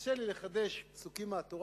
קשה לי לחדש פסוקים מהתורה.